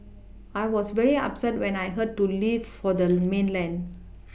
I was very upset when I heard to leave for the mainland